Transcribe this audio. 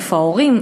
איפה ההורים,